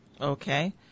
Okay